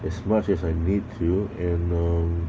as much as I need to and um